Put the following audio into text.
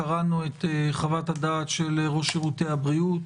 קראנו את חוות הדעת של ראש שירותי בריאות